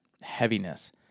heaviness